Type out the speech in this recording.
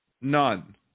None